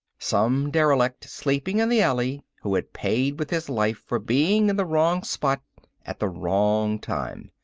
some derelict, sleeping in the alley, who had paid with his life for being in the wrong spot at the wrong time.